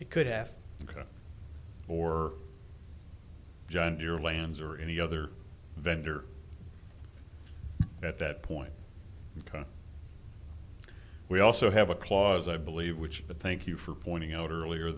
it could have or john deere lands or any other vendor at that point we also have a clause i believe which thank you for pointing out earlier